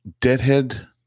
deadhead